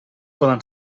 poden